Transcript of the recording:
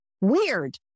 weird